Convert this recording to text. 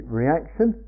reaction